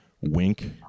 Wink